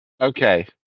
Okay